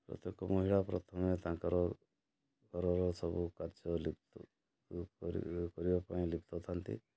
ପ୍ରତ୍ୟେକ ମହିଳା ପ୍ରଥମେ ତାଙ୍କର ଘରର ସବୁ କାର୍ଯ୍ୟ ଲିପ୍ତ କରିବାପାଇଁ ଲିପ୍ତ ଥାନ୍ତି